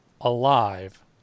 alive